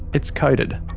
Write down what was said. it's coded.